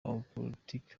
abanyapolitiki